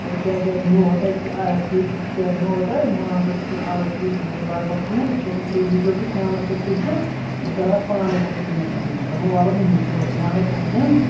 تہٕ کیٛاہ کیٛاہ نِیٖوہو تۅہہِ کۭتِس کیٛاہ نِیٖوہو تُہۍ مان ژٕ کۭتِس گٔے لگ بگ ژوٗر پوٚتُس ترٛٲوِو ییٖزیٚو تُہۍ تھانس پٮ۪ٹھ چھُس بہٕ کَرٕ اَتھ پانے پوٚتُس اِنوٮ۪سٹِگیٚشن تِمن والہٕ بہٕ مٔسلہٕ ژٕ ما ہے ٹٮ۪نٛشن